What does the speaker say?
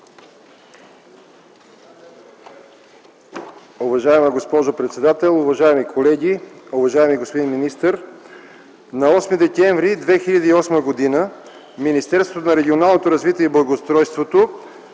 Уважаема госпожо председател, уважаеми колеги, уважаеми господин министър! На 8 декември 2008 г. Министерството на регионалното развитие и благоустройството